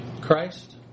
christ